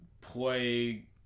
play